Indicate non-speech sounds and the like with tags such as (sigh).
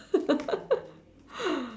(laughs)